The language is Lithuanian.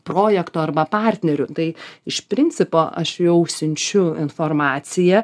projekto arba partnerių tai iš principo aš jau siunčiu informaciją